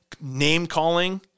name-calling